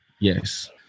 Yes